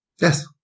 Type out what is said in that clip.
yes